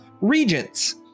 regents